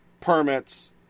permits